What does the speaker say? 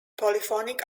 polyphonic